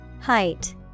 Height